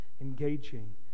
engaging